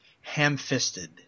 ham-fisted